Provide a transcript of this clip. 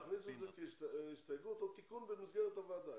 להכניס את זה כהסתייגות או תיקון במסגרת הוועדה.